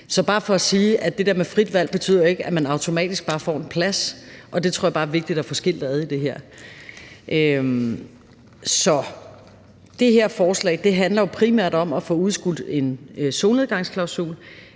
er bare for at sige, at det der med frit valg ikke betyder, at man automatisk bare får en plads. Og det tror jeg bare er vigtigt at få skilt ad i det her. Det her forslag handler jo primært om at få udskudt en solnedgangsklausul,